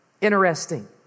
Interesting